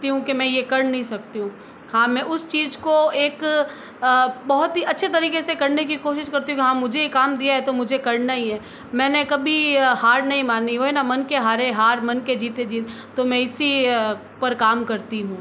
ती हूँ कि मैं ये कर नहीं सकती हूँ हाँ मैं उस चीज़ को एक बहुत ही अच्छे तरीके से करने की कोशिश करती हूँ कि हाँ मुझे ये काम दिया है तो मुझे ये करना ही है मैंने कभी हार नहीं मानी वो है ना मन के हारे हार मन के जीते जीत तो मैं इसी पर काम करती हूँ